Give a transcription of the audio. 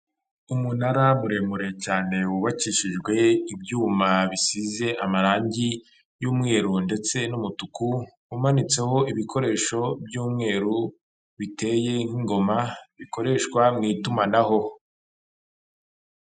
Umunara muremure cyane wubakishijwe ibyuma bisize amarangi y'umweru ndetse n'umutuku, umanitseho ibikoresho by'umweru biteye nk'ingoma bikoreshwa mu itumanaho.